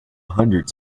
hundreds